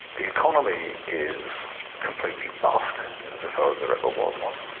the economy is completely bust insofar as there ever was one.